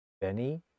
Benny